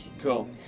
Cool